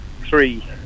three